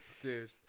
dude